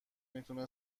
میتونه